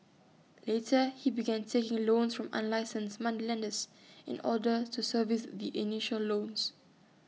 later he began taking loans from unlicensed moneylenders in order to service the initial loans